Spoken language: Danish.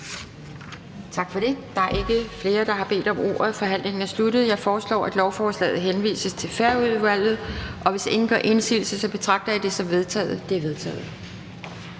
Tak for det. Der er ikke flere, der har bedt om ordet, så forhandlingen er afsluttet. Jeg foreslår, at lovforslaget henvises til Færøudvalget. Hvis ingen gør indsigelse, betragter jeg det som vedtaget. Det er vedtaget.